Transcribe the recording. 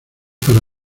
para